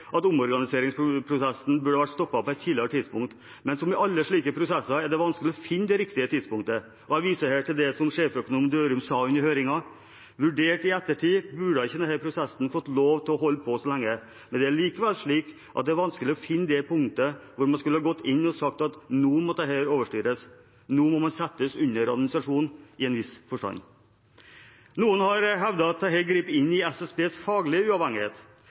at omorganiseringsprosessen burde ha vært stoppet på et tidligere tidspunkt, men som i alle slike prosesser, er det vanskelig å finne det riktige tidspunktet. Jeg viser her til det sjefsøkonom Dørum sa under høringen: «Vurdert i ettertid burde ikke denne prosessen fått lov til å holde på så lenge, men det er likevel slik at det er vanskelig å finne det punktet hvor man skulle gått inn og sagt at nå må dette overstyres, nå må man settes under administrasjon, i en viss forstand.» Noen har hevdet at dette griper inn i SSBs faglige uavhengighet.